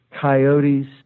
coyotes